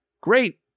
Great